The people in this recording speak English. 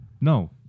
No